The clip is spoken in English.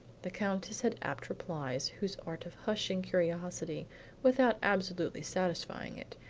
the countess had apt replies whose art of hushing curiosity without absolutely satisfying it,